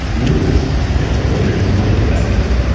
we'll just pick the winners and we'll invest in them,